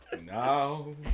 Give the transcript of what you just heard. Now